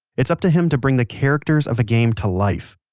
it's up to him to bring the characters of a game to life,